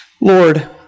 Lord